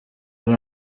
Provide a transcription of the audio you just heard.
ari